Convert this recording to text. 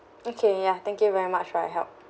okay ya thank you very much for your help